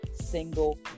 single